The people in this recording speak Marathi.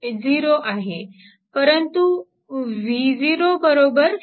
परंतु Vo 0 आहे